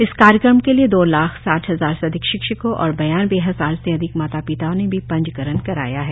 इस कार्यक्रम के लिए दो लाख साठ हजार से अधिक शिक्षकों और बयान्वे हजार से अधिक माता पिताओं ने भी पंजीकरण कराया है